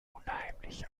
unheimlich